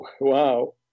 wow